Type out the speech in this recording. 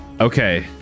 Okay